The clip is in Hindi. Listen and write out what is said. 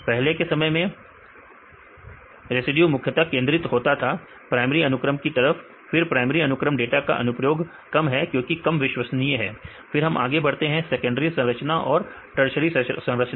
पहले के समय में रेडियो मुख्यतः केंद्रित होता था प्राइमरी अनुक्रम की तरफ फिर प्राइमरी अनुक्रम डाटा का अनुप्रयोग कम है क्योंकि कम विश्वसनीय है फिर हम आगे बढ़ते हैं सेकेंडरी संरचना और टर्सरी संरचना